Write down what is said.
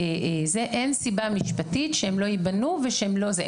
אין סיבה משפטית שהם לא ייבנו ושהם לא זה,